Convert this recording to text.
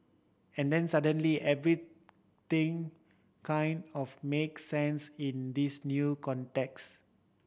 and then suddenly everything kind of makes sense in this new context